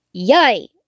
Yay